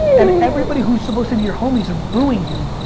and everybody who's supposed to be your homies booing you.